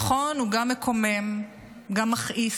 נכון, הוא גם מקומם, גם מכעיס.